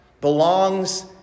belongs